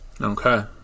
Okay